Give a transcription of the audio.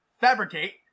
fabricate